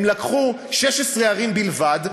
הם לקחו 16 ערים בלבד,